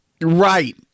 Right